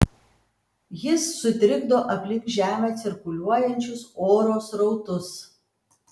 jis sutrikdo aplink žemę cirkuliuojančius oro srautus